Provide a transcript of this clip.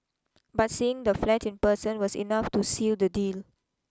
but seeing the flat in person was enough to seal the deal